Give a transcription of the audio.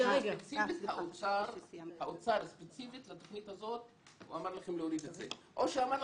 שספציפית האוצר לתוכנית הזאת אמר לכם להוריד את זה או שאמר לכם,